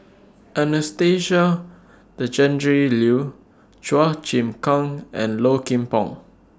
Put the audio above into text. Anastasia Tjendri Liew Chua Chim Kang and Low Kim Pong